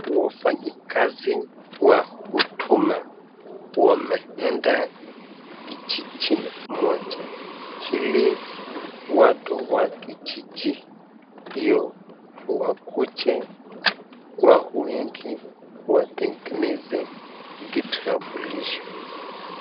Wafanyikazi wa Huduma wameenda kijiji moja ili watu wa kijiji hiyo wakuje kwa wengi watengeneze kitambulisho.